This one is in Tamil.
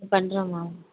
ம் பண்றேம்மா